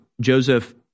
Joseph